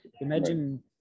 Imagine